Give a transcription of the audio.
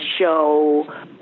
show